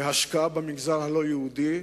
והשקעה במגזר הלא-יהודי.